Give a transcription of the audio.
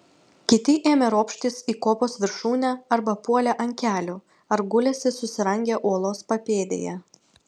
kiti ėmė ropštis į kopos viršūnę arba puolė ant kelių ar gulėsi susirangę uolos papėdėje